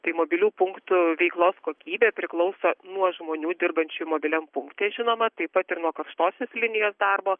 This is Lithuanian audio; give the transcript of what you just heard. tai mobilių punktų veiklos kokybė priklauso nuo žmonių dirbančių mobiliam punkte žinoma tai pat ir nuo karštosios linijos darbo